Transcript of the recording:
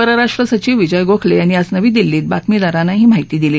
परराष्ट्र सचिव विजय गोखले यांनी आज नवी दिल्ली बातमीदारांना ही माहिती दिली